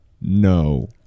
no